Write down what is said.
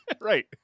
Right